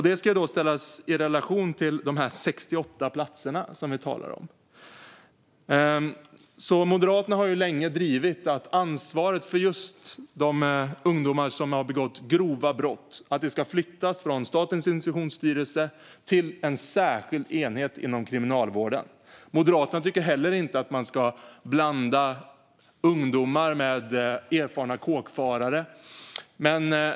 Det ska ställas i relation till de 68 platser vi talar om. Moderaterna har länge drivit att ansvaret för just de ungdomar som har begått grova brott ska flyttas från Statens institutionsstyrelse till en särskild enhet inom Kriminalvården. Moderaterna tycker heller inte att man ska blanda ungdomar med erfarna kåkfarare.